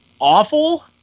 awful